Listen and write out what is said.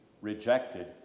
rejected